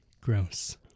Gross